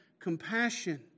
compassion